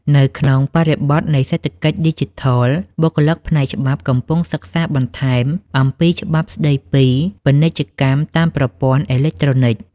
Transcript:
នៅក្នុងបរិបទនៃសេដ្ឋកិច្ចឌីជីថល បុគ្គលិកផ្នែកច្បាប់កំពុងសិក្សាបន្ថែមអំពីច្បាប់ស្តីពីពាណិជ្ជកម្មតាមប្រព័ន្ធអេឡិចត្រូនិក។